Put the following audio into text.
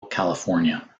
california